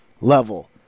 level